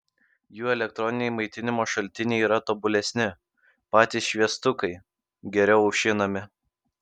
jų elektroniniai maitinimo šaltiniai yra tobulesni patys šviestukai geriau aušinami